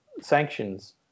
sanctions